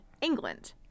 England